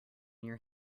your